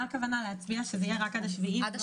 מה הכוונה להצביע שזה יהיה רק עד 7 בדצמבר?